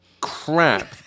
crap